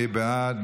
מי בעד?